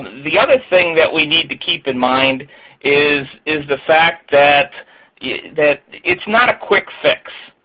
the other thing that we need to keep in mind is is the fact that yeah that it's not a quick fix.